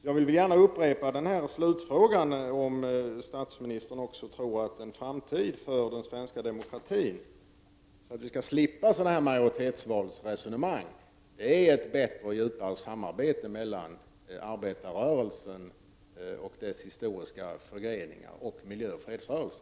Jag vill gärna upprepa min fråga om statsministern också tror att en framtid för den svenska demokratin — och för att vi skall slippa majoritetsvalsresonemang av den här typen — vore ett bättre och djupare samarbete mellan arbetarrörelsen med dess historiska förgreningar och miljöoch fredsrörelsen.